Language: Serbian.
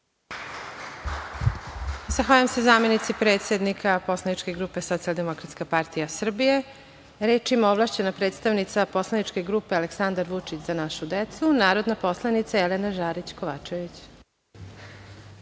Zahvaljujem se zamenici predsednika poslaničke grupe Socijaldemokratska partija Srbije. Reč ima ovlašćena predstavnica poslaničke grupe Aleksandar Vučić – Za našu decu, narodna poslanica Jelena Žarić Kovačević. Izvolite.